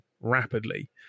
rapidly